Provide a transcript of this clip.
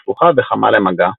נפוחה וחמה למגע.